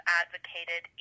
advocated